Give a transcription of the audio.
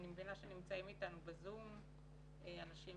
אני מבינה שנמצאים אתנו ב-זום אנשים